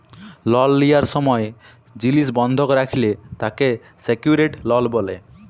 লল লিয়ার সময় জিলিস বন্ধক রাখলে তাকে সেক্যুরেড লল ব্যলে